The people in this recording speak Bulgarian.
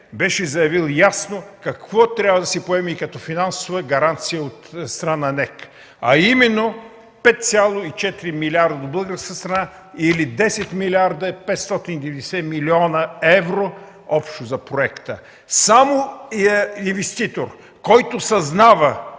беше заявил ясно какво трябва да се поеме като финансова гаранция от страна на НЕК, а именно – 5,4 милиарда от българска страна или 10 млрд. 590 млн. евро общо за проекта. Само инвеститор, който съзнава